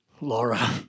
Laura